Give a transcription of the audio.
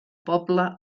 poble